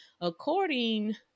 according